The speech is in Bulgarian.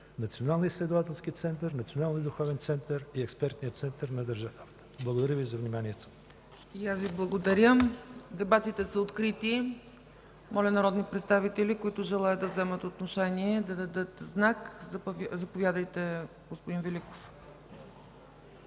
национален изследователски център, национален и духовен център и експертен център на държавата. Благодаря Ви за вниманието.